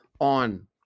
on